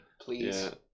please